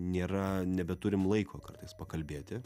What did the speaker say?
nėra nebeturim laiko kartais pakalbėti